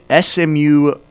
SMU